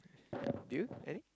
do you eh